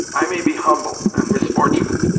i may be humble, and misfortunate,